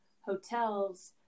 hotels